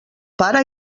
pare